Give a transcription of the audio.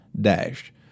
Dash